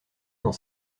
dans